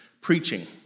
preaching